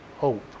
hope